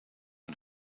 een